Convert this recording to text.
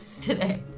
today